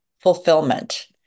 Fulfillment